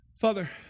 Father